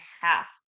half